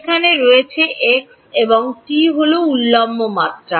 সেখানে রয়েছে এক্স এবং টি হল উল্লম্ব মাত্রা